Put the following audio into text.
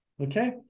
Okay